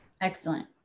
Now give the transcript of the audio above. Excellent